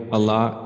Allah